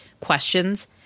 questions